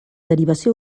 derivació